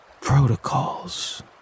protocols